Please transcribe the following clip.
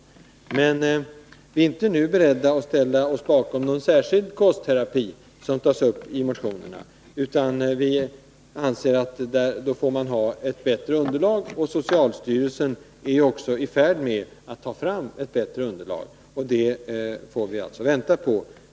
Men vi är inte nu beredda att ställa oss bakom någon särskild kostterapi, som föreslås i motionerna, utan vi anser att man måste ha ett bättre underlag. Socialstyrelsen är också i färd med att ta fram ett sådant. Det får vi alltså vänta på.